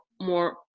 more